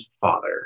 father